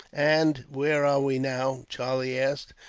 and where are we now? charlie asked,